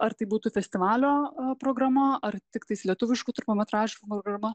ar tai būtų festivalio programa ar tiktais lietuviškų trumpametražių programa